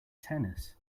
tennis